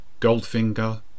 Goldfinger